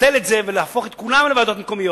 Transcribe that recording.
לבטל את זה ולהפוך את כולן לוועדות מקומיות,